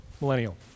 millennial